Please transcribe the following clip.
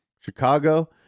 Chicago